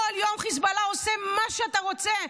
כל יום חיזבאללה עושה מה שאתה רוצה,